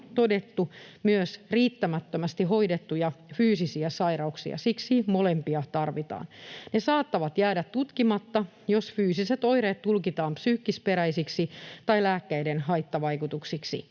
todettu myös riittämättömästi hoidettuja fyysisiä sairauksia. Siksi molempia tarvitaan. Ne saattavat jäädä tutkimatta, jos fyysiset oireet tulkitaan psyykkisperäisiksi tai lääkkeiden haittavaikutuksiksi.